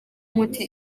umuti